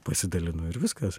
pasidalinu ir viskas